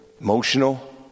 Emotional